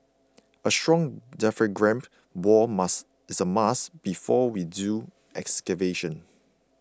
a strong diaphragm wall must is a must before we do excavation